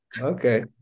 okay